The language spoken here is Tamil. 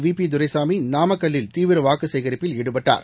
வியிதுரைசாமி நாமக்கல்லில் தீவிரவாக்குசேகரிப்பில் ஈடுபட்டார்